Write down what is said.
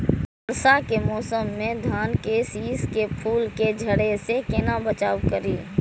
वर्षा के मौसम में धान के शिश के फुल के झड़े से केना बचाव करी?